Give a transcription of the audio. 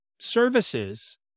services